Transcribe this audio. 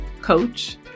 coach